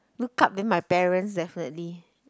look up then my parents definitely